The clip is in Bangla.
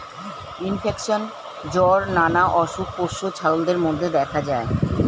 ইনফেকশন, জ্বর নানা অসুখ পোষ্য ছাগলদের মধ্যে দেখা যায়